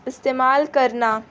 استعمال کرنا